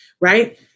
right